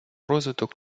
розвиток